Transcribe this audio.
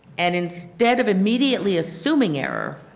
and instead of immediately assuming error,